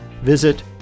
visit